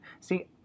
See